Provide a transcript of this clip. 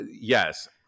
Yes